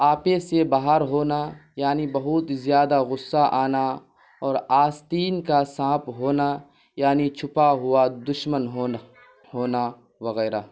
آپے سے باہر ہونا یعنی بہت زیادہ غصہ آنا اور آستین کا سانپ ہونا یعنی چھپا ہوا دشمن ہونا ہونا وغیرہ